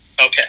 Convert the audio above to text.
Okay